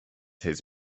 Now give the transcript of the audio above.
his